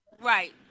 Right